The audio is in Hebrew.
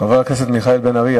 חבר הכנסת בן-ארי,